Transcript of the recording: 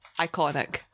Iconic